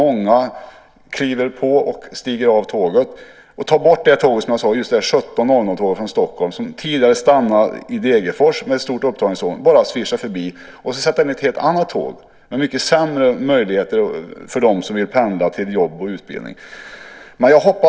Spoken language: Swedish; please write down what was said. Många kliver på och av tåget. 17.00-tåget från Stockholm tas bort. Tidigare stannade det i Degerfors - med ett stort upptagningsområde. Nu svischar det förbi. Sedan sätts ett helt annat tåg in med sämre möjligheter för dem som vill pendla till jobb och utbildning.